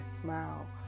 smile